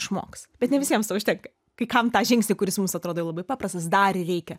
išmoks bet ne visiems to užteka kai kam tą žingsnį kuris mums atrodo labai paprastas dar reikia